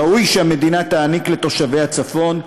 ראוי שהמדינה תעניק לתושבי הצפון,